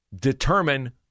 determine